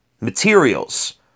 materials